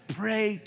pray